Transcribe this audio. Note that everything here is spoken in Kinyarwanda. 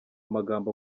amagambo